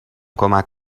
کمک